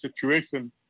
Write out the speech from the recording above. situation